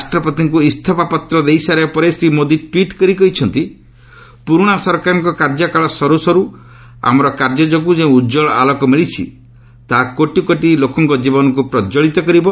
ରାଷ୍ଟ୍ରପତିଙ୍କୁ ଇସ୍ତଫା ପତ୍ର ଦେଇସାରିବା ପରେ ଶ୍ରୀ ମୋଦି ଟ୍ୱିଟ୍ କରି କହିଛନ୍ତି ପୁରୁଣା ସରକାରଙ୍କ କାର୍ଯ୍ୟକାଳ ସରୁ ସରୁ ଆମର କାର୍ଯ୍ୟ ଯୋଗୁଁ ଯେଉଁ ଉଜ୍ଜବଳ ଆଲୋକ ମିଳିଛି ତାହା କୋଟି କୋଟି ଲୋକଙ୍କ ଜୀବନକୁ ପ୍ରକ୍ୱଳିତ କରିବ